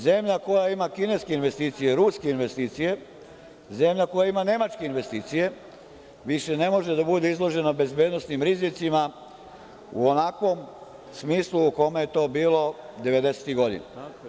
Zemlja koja ima kineske investicije, ruske investicije, zemlja koja ima nemačke investicije, više ne može da bude izložena bezbednosnim rizicima u onakvom smislu u kome je to bilo devedesetih godina.